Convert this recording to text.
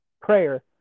Prayer